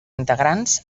integrants